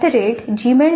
iisctagmail